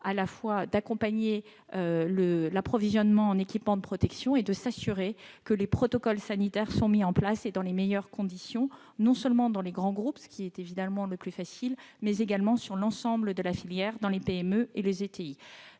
à la fois d'accompagner l'approvisionnement en équipements de protection et de s'assurer que les protocoles sanitaires sont mis en place dans les meilleures conditions, non seulement dans les grands groupes, ce qui est évidemment le plus facile à réaliser, mais également sur l'ensemble de la filière, dans les PME et les ETI.